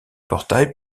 portail